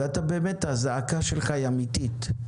ובאמת, הזעקה שלך היא אמיתית.